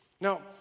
Now